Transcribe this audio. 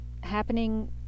happening